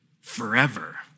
forever